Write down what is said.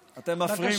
רבותיי, אתם מפריעים לי.